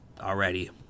already